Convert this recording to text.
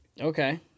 Okay